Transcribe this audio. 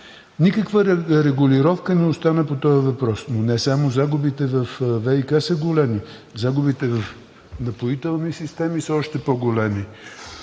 Никаква регулировка не остана по този въпрос. Но не само загубите във ВиК са големи. Загубите в „Напоителни системи“ са още по-големи,